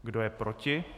Kdo je proti?